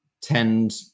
tend